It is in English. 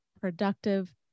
productive